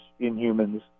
Inhumans